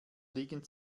liegen